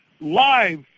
live